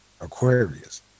Aquarius